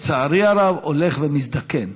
לצערי הרב, הולך ומזדקן.